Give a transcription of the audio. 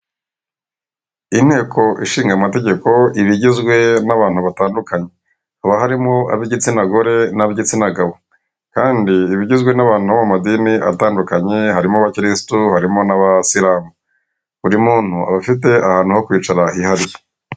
Inteko ishinga amategeko iba igizwe n'abantu batandukanye haba harimo ab'igitsina gore na b'igitsina gabo, kandi iba igizwe n'abantu bo mu madini atandukanye harimo aba kirisito harimo n'abasilamu buri muntu aba afite ahantu ho kwicara hihariye.